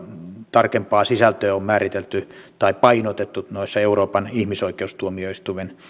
tarkempaa sisältöä on määritelty tai painotettu euroopan ihmisoikeustuomioistuimen